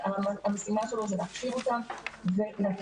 שהמשימה שלו זה להכשיר אותם ולאפשר